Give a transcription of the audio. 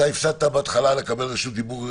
אתה הפסדת בהתחלה לקבל רשות דיבור,